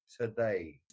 today